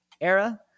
era